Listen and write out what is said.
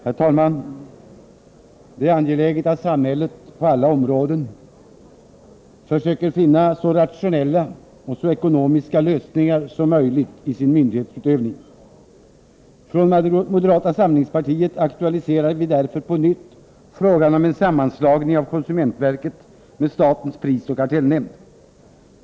Herr talman! Det är angeläget att samhället på alla områden försöker finna så rationella och så ekonomiska lösningar som möjligt i sin myndighetsutövning. Från moderata samlingspartiet aktualiserar vi därför på nytt frågan om en sammanslagning av konsumentverket med statens prisoch kartellnämnd.